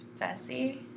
fessy